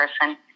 person